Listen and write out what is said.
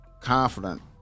Confident